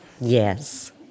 Yes